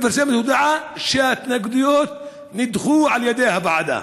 היא מפרסמת הודעה שההתנגדויות נדחו על ידי הוועדה.